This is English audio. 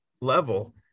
level